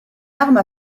arme